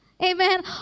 Amen